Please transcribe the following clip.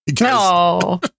No